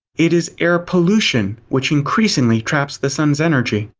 it is air pollution which increasingly traps the sun's energy.